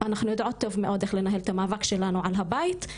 אנחנו יודעות טוב מאוד איך לנהל את המאבק שלנו על הבית,